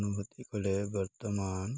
ଅନୁଭୂତି କଲେ ବର୍ତ୍ତମାନ